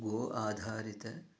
गोः आधारितम्